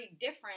different